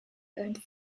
earned